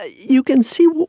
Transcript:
ah you can see,